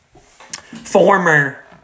Former